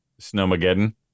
snowmageddon